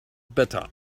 better